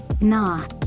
Nah